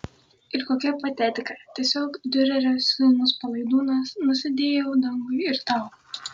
ir kokia patetika tiesiog diurerio sūnus palaidūnas nusidėjau dangui ir tau